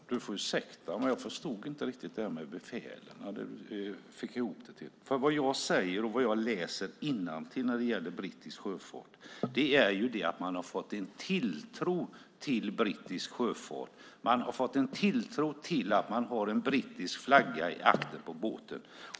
Fru talman! Annelie Enochson får ursäkta, men jag förstod inte riktigt hur du fick ihop det där med befälen. Vad jag säger och vad jag läser innantill om brittisk sjöfart är att man har fått en tilltro till brittisk sjöfart. Man har fått en tilltro till att det finns en brittisk flagga i aktern på båten.